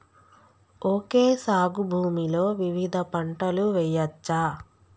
Okay సాగు భూమిలో వివిధ పంటలు వెయ్యచ్చా?